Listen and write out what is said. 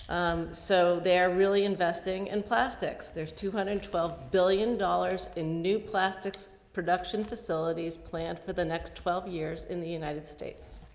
um, so they are really investing in plastics. there's two hundred and twelve billion dollars in new plastics production facilities plan for the next twelve years in the united states.